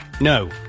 No